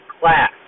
class